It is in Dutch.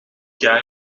jaar